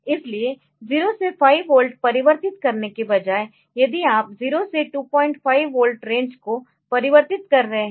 इसलिए 0 से 5 वोल्ट परिवर्तित करने के बजाय यदि आप 0 से 25 वोल्ट रेंज को परिवर्तित कर रहे है